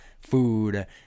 food